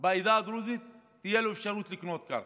בעדה הדרוזית תהיה אפשרות לקנות קרקע,